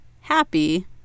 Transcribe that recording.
happy